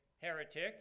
heretic